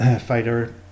fighter